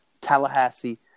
Tallahassee